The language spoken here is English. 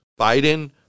Biden